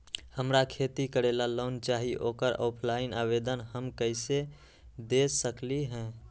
हमरा खेती करेला लोन चाहि ओकर ऑफलाइन आवेदन हम कईसे दे सकलि ह?